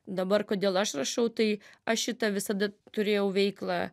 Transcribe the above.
dabar kodėl aš rašau tai aš šitą visada turėjau veiklą